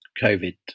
COVID